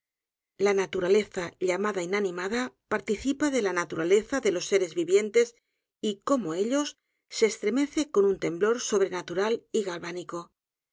la naturaleza llamada inanimada participa de la naturaleza de los seres vivientes y como ellos se estremece edgar poe con un temmor sobrenatural y galvánico